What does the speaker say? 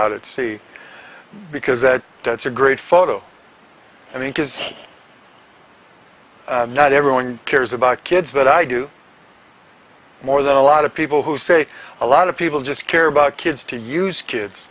out at sea because that's a great photo i mean because not everyone cares about kids but i do more than a lot of people who say a lot of people just care about kids to use kids